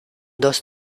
dos